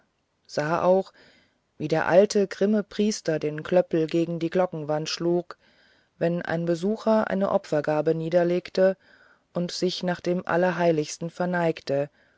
sah auch wie der alte grimme priester den klöppel gegen die glockenwand schlug wenn ein besucher eine opfergabe niederlegte und sich nach dem allerheiligsten verneigte